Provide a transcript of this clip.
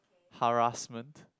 harassment